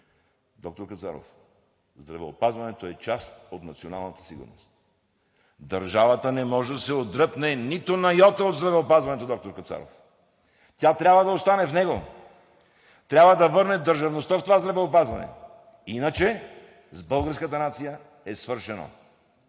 Доктор Кацаров, здравеопазването е част от националната сигурност! Държавата не може да се отдръпне нито на йота от здравеопазването, доктор Кацаров! Тя трябва да остане в него, трябва да върне държавността в това здравеопазване. Иначе с българската нация е свършено.